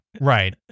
right